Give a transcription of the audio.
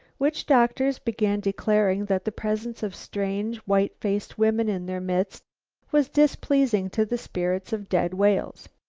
witch-doctors began declaring that the presence of strange, white-faced women in their midst was displeasing to the spirits of dead whales.